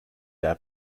their